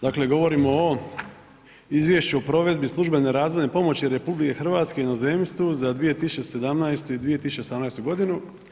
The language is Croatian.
Dakle govorimo o Izvješću o provedbi službene razvojne pomoći RH inozemstvu za 2017. i 2018. godinu.